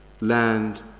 land